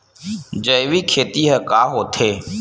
जैविक खेती ह का होथे?